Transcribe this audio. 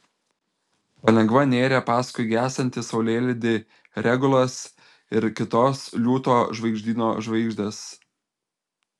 palengva nėrė paskui gęstantį saulėlydį regulas ir kitos liūto žvaigždyno žvaigždės